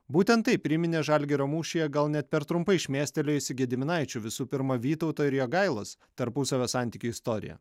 būtent tai priminė žalgirio mūšyje gal net per trumpai šmėstelėjusi gediminaičių visų pirma vytauto ir jogailos tarpusavio santykių istorija